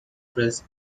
press